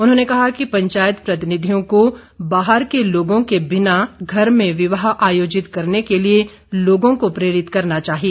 उन्होंने कहा कि पंचायत प्रतिनिधियों को बाहर के लोगों के बिना घर में विवाह आयोजित करने के लिए लोगों को प्रेरित करना चाहिए